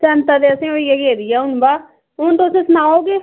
चैंता ते असें ई होई गै गेदी ऐ हून बा हून तुस सनाओ के